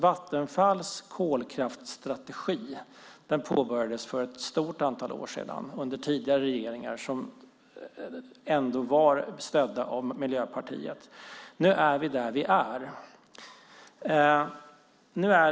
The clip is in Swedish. Vattenfalls kolkraftsstrategi påbörjades för ett stort antal år sedan under tidigare regeringar med stöd av Miljöpartiet. Nu är vi där vi är.